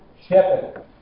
shepherd